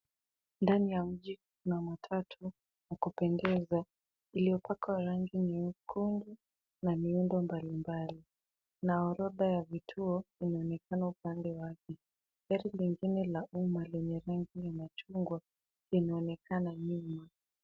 Ndani ya mji kuna matatu ya kupendeza iliyopakwa rangi nyekundu na miundo mbalimbali na orodha ya vituo linaonekana kando yake. Gari lingine la umma lenye rangi ya machungwa linaonekana nyuma.